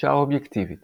הגישה האובייקטיבית